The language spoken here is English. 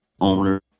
owner